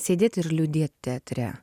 sėdėti ir liūdėt teatre